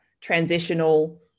transitional